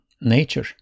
nature